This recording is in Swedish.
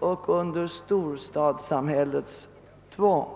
och under storstadssamhällets tvång.